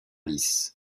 lys